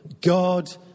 God